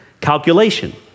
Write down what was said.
calculation